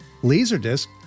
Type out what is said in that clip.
Laserdisc